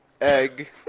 Egg